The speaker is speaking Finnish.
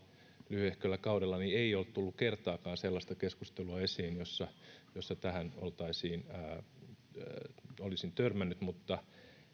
lyhyehköllä kaudellani ei ole tullut kertaakaan esiin sellaista keskustelua jossa tähän olisin törmännyt mutta